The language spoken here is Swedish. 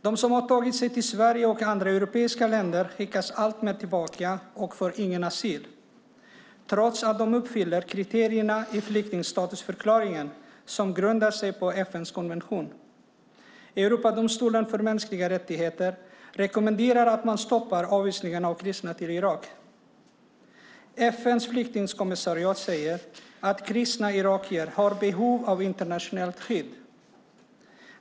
De som har tagit sig till Sverige och andra europeiska länder skickas allt oftare tillbaka och får ingen asyl trots att de uppfyller kriterierna i flyktingstatusförklaringen som grundar sig på FN:s konvention. Europadomstolen för mänskliga rättigheter rekommenderar att man stoppar avvisningen av kristna till Irak. FN:s flyktingkommissariat säger att kristna irakier har behov av internationellt skydd.